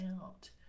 out